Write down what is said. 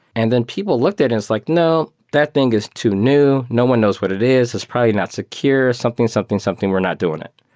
and then people looked at it and it's like, no. that thing is too new. no one knows what it is. it's probably not secure, something, something, something. we're not doing it.